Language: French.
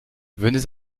venez